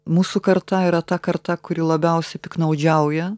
mūsų karta yra ta karta kuri labiausiai piktnaudžiauja